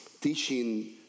teaching